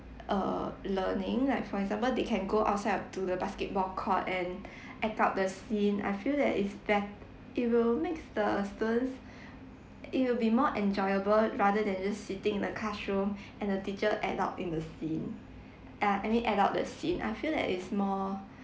uh learning like for example they can go outside uh to the basketball court and act out the scene I feel that is bett~ it will makes the students it will be more enjoyable rather than just sitting in the classroom and the teacher adult in the scene uh any adult that scene I feel that it's more